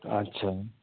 ਅੱਛਾ